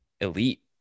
elite